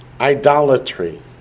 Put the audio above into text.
Idolatry